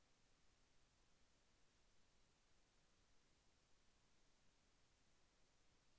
నాకు వ్యాపారం ఋణం తీసుకోవాలి అంటే నా యొక్క బ్యాంకు లావాదేవీలు ఎలా జరుపుకోవాలి?